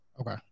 Okay